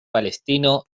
palestino